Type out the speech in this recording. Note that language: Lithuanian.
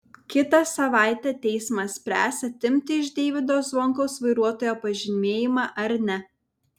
kitą savaitę teismas spręs atimti iš deivydo zvonkaus vairuotojo pažymėjimą ar ne